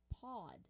pod